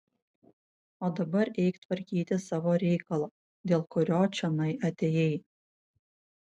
o dabar eik tvarkyti savo reikalo dėl kurio čionai atėjai